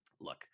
Look